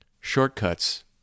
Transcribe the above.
Shortcuts